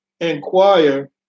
inquire